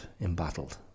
embattled